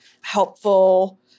helpful